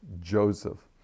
Joseph